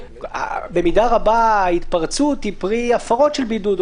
במידה רבה ההתפרצות היא פרי הפרות של בידוד,